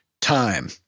time